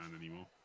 anymore